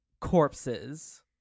corpses